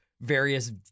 various